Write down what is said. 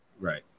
Right